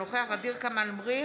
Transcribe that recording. אינו נוכח ע'דיר כמאל מריח,